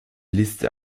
liste